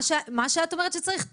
מה שאת אומרת שצריך.